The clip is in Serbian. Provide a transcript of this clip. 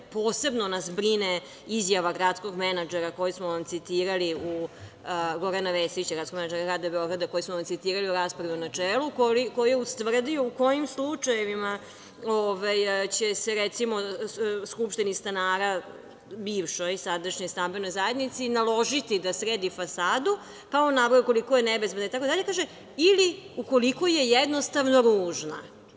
Posebno nas brine izjava gradskog menadžera Grada Beograda Gorana Vesića, koju smo vam citirali u raspravi u načelu, koji je ustvrdio u kojim slučajevima će se, recimo, skupštini stanara, bivšoj, sadašnjoj stambenoj zajednici, naložiti da sredi fasadu, pa je on naveo koliko je nebezbedno, pa kaže – ili ukoliko je jednostavno ružna.